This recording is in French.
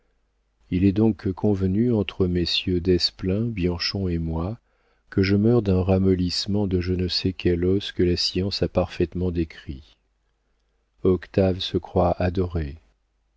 il est donc convenu entre messieurs desplein bianchon et moi que je meurs d'un ramollissement de je ne sais quel os que la science a parfaitement décrit octave se croit adoré